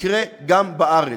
יקרה גם בארץ.